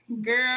Girl